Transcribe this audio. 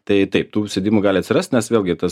tai taip tų sėdimų gali atsirast nes vėlgi tas